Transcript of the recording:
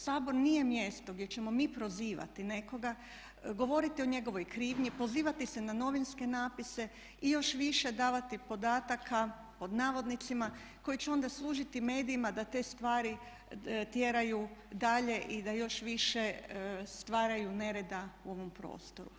Sabor nije mjesto gdje ćemo mi prozivati nekoga, govoriti o njegovoj krivnji, pozivati se na novinske napise i još više davati podataka pod navodnicima koji će onda služiti medijima da te stvari tjeraju dalje i da još više stvaraju nereda u ovom prostoru.